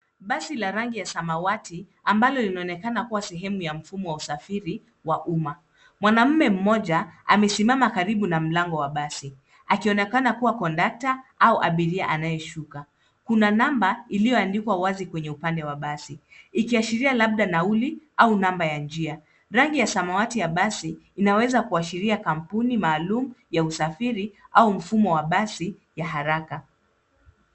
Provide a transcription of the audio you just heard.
Basi la ragi ya samawati ambalo linaonekana kuwa sehemu ya mfumo wa usafiri wa umma. Mwanaume mmoja amesimamam karibu na mlango wa basi akionekana kuwa kondakta au abiria anayeshuka. Kuna namba iliyoandikwa wazi kwenye upande wa basi ikishiria labda nauli au namba ya njia. Rangi ya samawati ya basi inaweza kuashiria kampuni maalum ya usafiri au mfumo wa basi ya haraka.